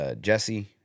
Jesse